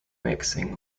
mixing